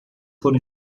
foram